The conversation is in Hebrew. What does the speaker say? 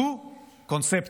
זו קונספציה,